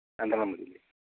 രണ്ടെണ്ണം മതിയല്ലേ